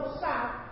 south